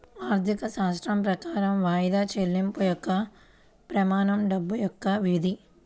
ఆర్థికశాస్త్రం ప్రకారం వాయిదా చెల్లింపు యొక్క ప్రమాణం డబ్బు యొక్క విధి